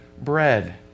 bread